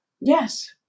Yes